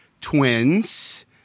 Twins